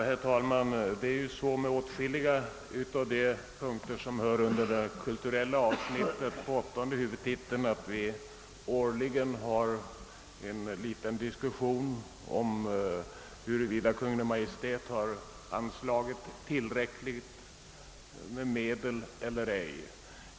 Herr talman! Vi har på åtskilliga av de punkter, som tillhör detta kulturella avsnitt under åttonde huvudtiteln, årligen en liten diskussion om huruvida Kungl. Maj:t har anvisat tillräckliga medel för de olika ändamålen.